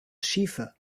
schiefer